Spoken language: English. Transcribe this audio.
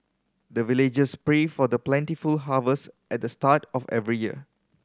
the villagers pray for plentiful harvest at the start of every year